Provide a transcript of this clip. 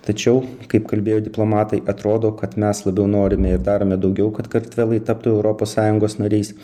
tačiau kaip kalbėjo diplomatai atrodo kad mes labiau norime ir darome daugiau kad kartvelai taptų europos sąjungos nariais